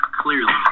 clearly